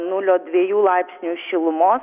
nulio dviejų laipsnių šilumos